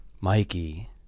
Mikey